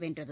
வென்றது